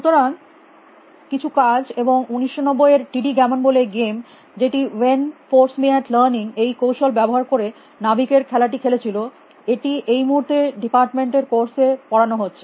সুতরাং কিছু কাজ এবং 1990 এর টিডি গাম্মন বলে এই গেম যেটি ওয়েন ফোর্সমিয়াত লার্নিং এই কৌশল ব্যবহার করে নাবিকের খেলাটি খেলেছিল এটি এই মুহুর্তে ডিপার্টমেন্ট এর কোর্স এ পড়ানো হচ্ছে